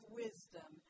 wisdom